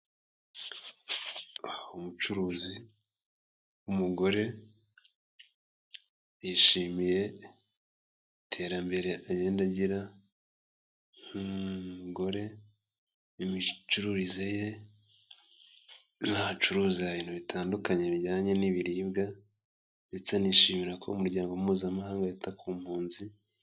Umucuruzi w'umugore yishimiye iterambere agenda agira nk'umugore, imicuruze ye n'ahacuruza ibintu bitandukanye bijyanye n'ibiribwa, ndetse anishimira ko umuryango mpuzamahanga wita ku mpunzi.